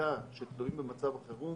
החקיקה שתלויים במצב החירום